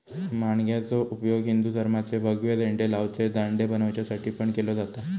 माणग्याचो उपयोग हिंदू धर्माचे भगवे झेंडे लावचे दांडे बनवच्यासाठी पण केलो जाता